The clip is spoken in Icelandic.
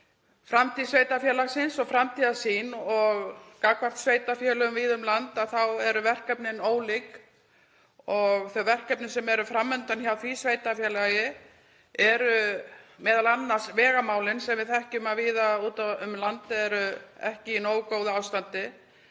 framtíð sveitarfélagsins og framtíðarsýn. Gagnvart sveitarfélögum víða um land eru verkefnin ólík. Þau verkefni sem eru fram undan hjá því sveitarfélagi eru m.a. vegamálin, sem við þekkjum að víða út um land eru ekki í nógu góðu ástandi.